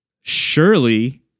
surely